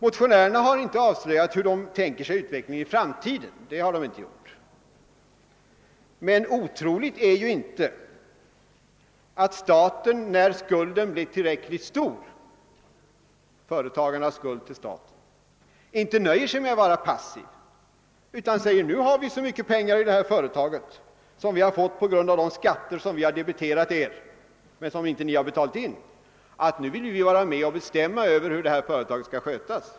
Motionärerna har inte avslöjat hur de tänker sig utformningen av förslaget i framtiden, men det är inte otroligt att staten när företagarnas skuld blir tillräckligt stor inte nöjer sig med en passiv roll, utan uttalar att man nu har fått så mycket pengar i företaget på grund av de skatter, som debiterats men som inte blivit inbetalda, att man vill vara med och bestämma över hur företaget skall skötas.